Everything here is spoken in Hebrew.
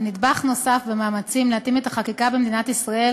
היא נדבך נוסף במאמצים להתאים את החקיקה במדינת ישראל